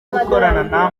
gukorana